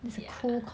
ya